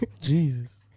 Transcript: jesus